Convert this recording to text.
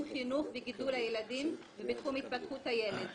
חינוך וגידול הילדים ובתחום התפתחות הילד.